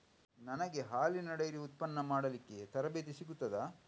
ನನಗೆ ಹಾಲಿನ ಡೈರಿ ಉತ್ಪನ್ನ ಮಾಡಲಿಕ್ಕೆ ತರಬೇತಿ ಸಿಗುತ್ತದಾ?